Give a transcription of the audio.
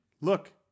look